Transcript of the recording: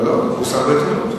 זה פורסם בעיתונות,